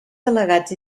delegats